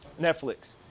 Netflix